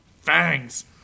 fangs